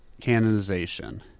canonization